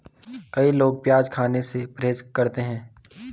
कई लोग प्याज खाने से परहेज करते है